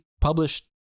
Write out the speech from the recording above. published